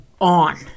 on